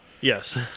yes